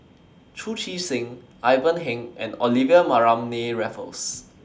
Chu Chee Seng Ivan Heng and Olivia Mariamne Raffles